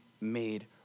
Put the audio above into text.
made